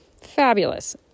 Fabulous